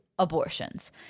Abortions